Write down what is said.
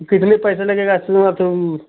कितनी पैसा लगेगा अथु न अथु